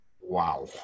Wow